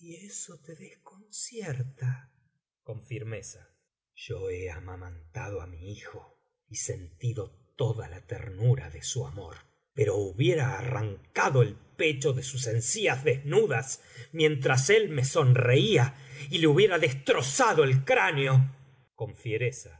eso te desconcierta con firmeza o ne amamantado á mi hijo y sentido toda la ternura de su amor pero hubiera arrancado el pecho de sus encías desnudas mientras él me sonreía y le hubiera